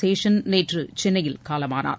சேஷன் நேற்று சென்னையில் காலமானார்